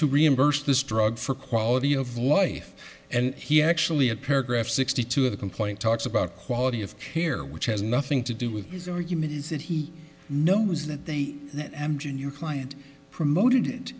to reimburse this drug for quality of life and he actually a paragraph sixty two of the complaint talks about quality of care which has nothing to do with his argument is that he knows that that engine your client promoted